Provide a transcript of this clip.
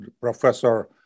Professor